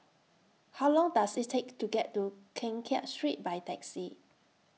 How Long Does IT Take to get to Keng Kiat Street By Taxi